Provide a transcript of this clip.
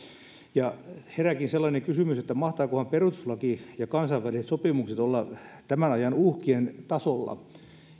ja herääkin sellainen kysymys mahtavatkohan perustuslaki ja kansainväliset sopimukset olla tämän ajan uhkien tasolla